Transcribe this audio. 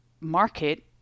market